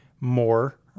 more